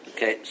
Okay